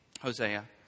Hosea